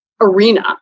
arena